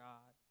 God